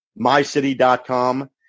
mycity.com